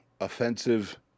offensive